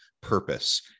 purpose